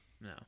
No